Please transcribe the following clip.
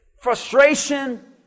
frustration